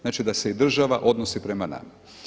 Znači, da se i država odnosi prema nama.